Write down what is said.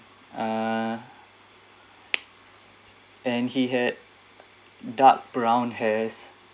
ah and he had dark brown hairs